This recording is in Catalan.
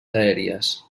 aèries